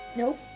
Nope